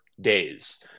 days